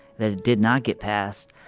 that it did not get passed,